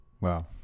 Wow